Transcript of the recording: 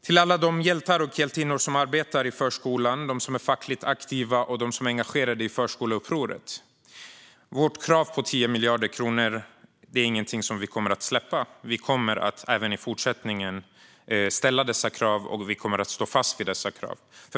Till alla de hjältar och hjältinnor som arbetar i förskolan, till dem som är fackligt aktiva och till dem som är engagerade i förskoleupproret vill jag säga att vårt krav på 10 miljarder kronor inte är något som vi kommer att släppa. Vi kommer att ställa dessa krav även i fortsättningen och stå fast vid dem.